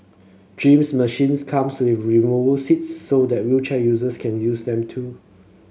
gym machines come with removable seats so that wheelchair users can use them too